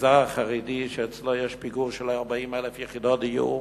במגזר החרדי, שבו יש פיגור של 40,000 יחידות דיור,